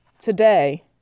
today